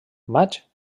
maig